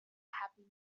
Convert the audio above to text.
happy